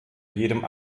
jedem